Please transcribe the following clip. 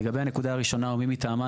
לגבי הנקודה השנייה "או מי מטעמה",